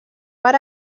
per